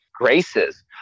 graces